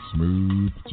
Smooth